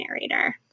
narrator